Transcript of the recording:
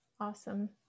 awesome